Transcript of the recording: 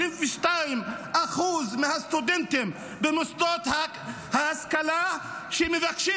22% מהסטודנטים במוסדות ההשכלה שמבקשים